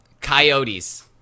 Coyotes